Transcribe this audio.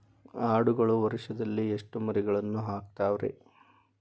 ಆಡುಗಳು ವರುಷದಲ್ಲಿ ಎಷ್ಟು ಮರಿಗಳನ್ನು ಹಾಕ್ತಾವ ರೇ?